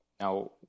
Now